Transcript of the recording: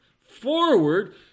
forward